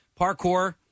Parkour